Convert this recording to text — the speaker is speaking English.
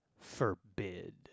forbid